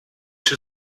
she